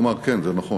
הוא אמר: כן, זה נכון,